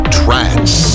trance